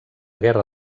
guerra